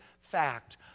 fact